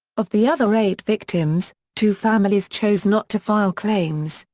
of the other eight victims, two families chose not to file claims,